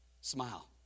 Smile